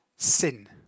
sin